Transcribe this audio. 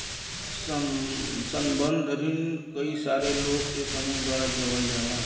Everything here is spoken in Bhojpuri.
संबंद्ध रिन कई सारे लोग के समूह द्वारा देवल जाला